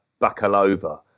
Bakalova